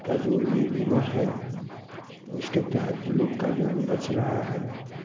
का जो ये बीमा है उसके तहत लोग का जान बच रहा है